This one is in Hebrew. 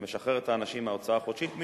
משחרר את האנשים מההוצאה החודשית.